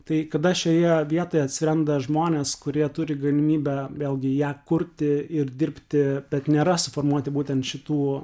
tai kada šioje vietoje atsiranda žmonės kurie turi galimybę vėlgi ją kurti ir dirbti bet nėra suformuoti būtent šitų